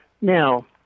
Now